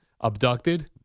abducted